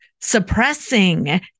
suppressing